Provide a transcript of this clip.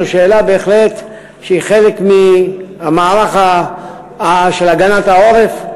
זאת שאלה שהיא בהחלט חלק מהמערך של הגנת העורף,